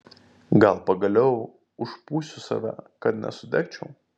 gal pagaliau užpūsiu save kad nesudegčiau